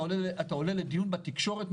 אתה עולה לדיון בתקשורת,